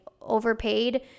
overpaid